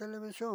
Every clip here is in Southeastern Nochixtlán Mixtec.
Televisión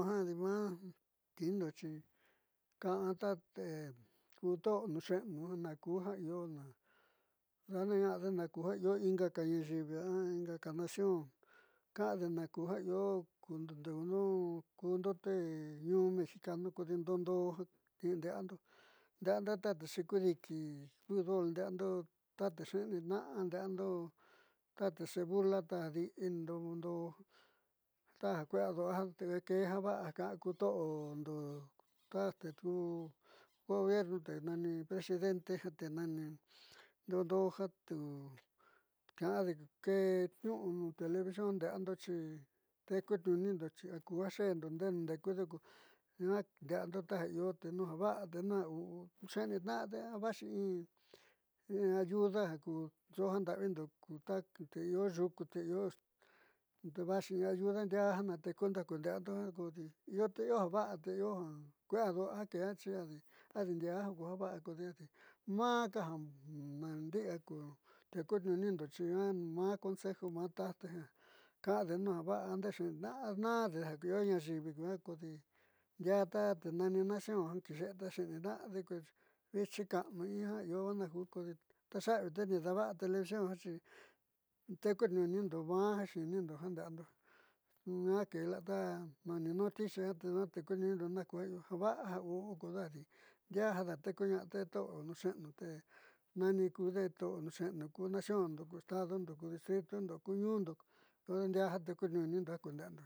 xi tekuniuunindo maá ja xiinindo jande'eando ñuaa kee la ja nani noticia te ñuua tekuniuunindo naajkuu ja io java'a ajau'u kodeja ndiaa jiaa dateekuña'a te to'o nuuxe'enu te nani kude to'o nuuxe'enu ku, naciondo, ku estadondo, ku distritondo, ku nu'undo ko ndiaa jiaa tekuniuunindo ju nde'eando.